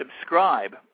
subscribe